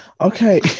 Okay